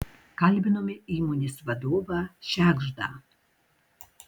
kalbinome įmonės vadovą šegždą